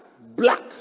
black